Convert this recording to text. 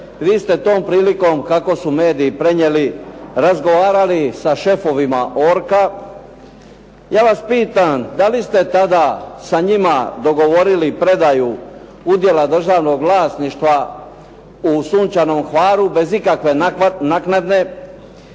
Vi ste tom prilikom kako su mediji prenijeli razgovarali sa šefovima Orca. Ja vas pitam da li ste tada sa njima dogovorili predaju udjela državnog vlasništva u "Sunčanom Hvaru" bez ikakve naknade